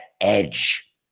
edge